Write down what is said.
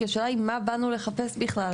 כי השאלה היא מה באנו לחפש בכלל.